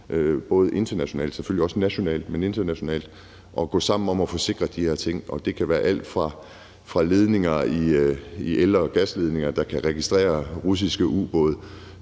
mere seriøst ikke bare nationalt, men også internationalt, og gå sammen om at sikre de her ting. Og det kan være alt fra el- og gasledninger, der kan registrere russiske ubåde,